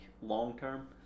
long-term